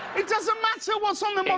it doesn't matter what's ono